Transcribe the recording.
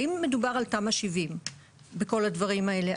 האם מדובר על תמ"א 70 בכל הדברים האלה?